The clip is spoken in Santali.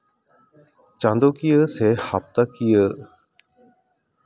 ᱪᱟᱸᱫᱳ ᱠᱤᱭᱟᱹ ᱥᱮ ᱦᱟᱯᱛᱟᱠᱤᱭᱟᱹ